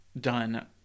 done